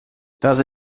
das